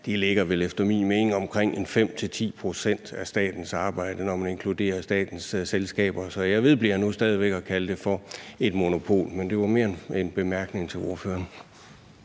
de ligger efter min mening på omkring 5-10 pct. af statens arbejde, når man inkluderer statens selskaber, så jeg vedbliver nu stadig væk at kalde det for et monopol. Men det var mere en bemærkning til spørgeren.